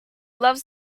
loves